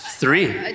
Three